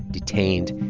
detained.